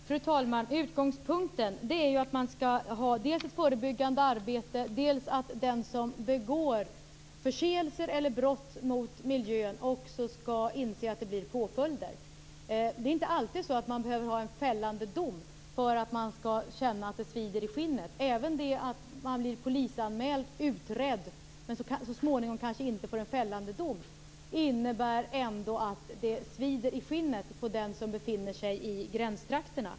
Fru talman! Utgångspunkten är dels att man skall ha ett förebyggande arbete, dels att den som begår förseelser eller brott mot miljön också skall inse att det blir påföljder. Det är inte alltid så att man behöver få en fällande dom för att man skall känna att det svider i skinnet. Även det att man blivit polisanmäld, utredd men så småningom inte får en fällande dom innebär ändå att det svider i skinnet på den som befinner sig i gränstrakterna.